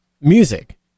music